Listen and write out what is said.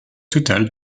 total